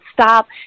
stop